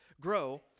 grow